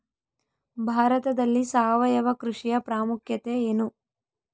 ಭಾರತದಲ್ಲಿ ಸಾವಯವ ಕೃಷಿಯ ಪ್ರಾಮುಖ್ಯತೆ ಎನು?